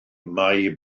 mai